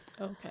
Okay